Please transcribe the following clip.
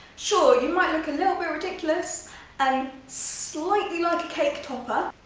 sure you might look a little bit ridiculous and slightly like a cake topper.